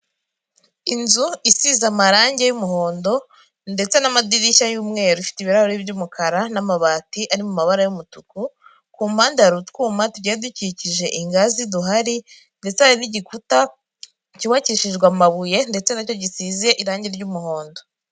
Inzu isize amarange y'umuhondo ndetse n'amadirishya y'umweru, ifite ibirahure by'umukara n'amabati ari mu mabara y'umutuku, ku mpande hari utwuma tugiye dukikije ingazi duhari ndetse hari n'igikuta cyubakishijwe amabuye, ndetse na cyo gisize irange ry'umuhondo.